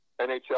NHL